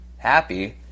happy